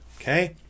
Okay